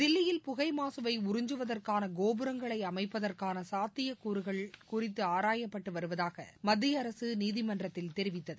தில்லியில் புகை மாசுவை உறிஞ்சுவதற்கான கோபுரங்களை அமைப்பதற்கான சாத்தியக்கூறுகள் குறித்து ஆராயப்பட்டு வருவதாக மத்திய அரசு நீதிமன்றத்தில் தெரிவித்தது